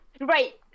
Right